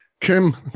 Kim